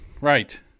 Right